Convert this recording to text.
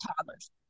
toddlers